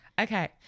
Okay